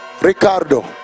Ricardo